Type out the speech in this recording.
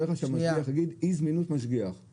תאר לך שהמשגיח יגיד אי זמינות משגיח,